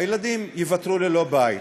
הילדים ייוותרו ללא בית.